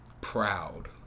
proud